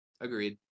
Agreed